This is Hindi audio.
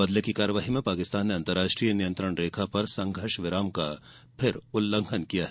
बदले की कार्यवाही में पाकिस्तान ने अंतर्राष्ट्रीय नियंत्रण रेखा पर संघर्षविराम का उल्लंघन किया है